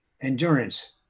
endurance